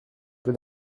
peu